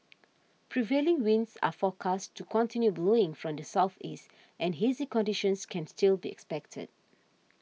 prevailing winds are forecast to continue blowing from the southeast and hazy conditions can still be expected